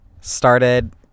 started